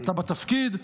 אתה בתפקיד?